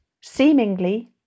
seemingly